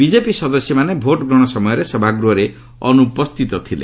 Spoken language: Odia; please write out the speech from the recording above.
ବିଜେପି ସଦସ୍ୟମାନେ ଭୋଟ୍ ଗ୍ରହଣ ସମୟରେ ସଭାଗୃହରେ ଅନ୍ତପସ୍ଥିତ ଥିଲେ